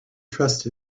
trust